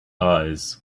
eyes